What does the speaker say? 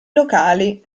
locali